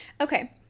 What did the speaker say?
Okay